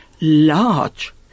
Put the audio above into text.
large